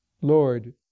Lord